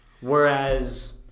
whereas